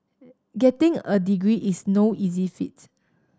getting a degree is no easy feat